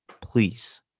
please